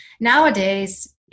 Nowadays-